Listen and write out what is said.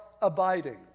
abiding